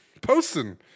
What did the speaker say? posting